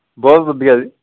ਬਹੁਤ ਵਧੀਆ ਜੀ